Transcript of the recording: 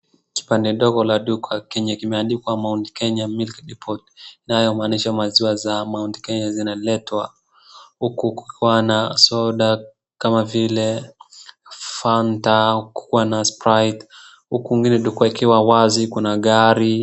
kipande ndogo la duka lenye kimeandikwa mount kenya deport kinaonyesha maziwa za mount kenya zinaletwa huku kukiwa na soda kama vile fanta ,kuna sprite huku kwingine duka ikiwa wazi kuna gari